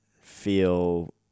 feel